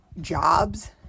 jobs